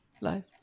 life